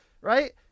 Right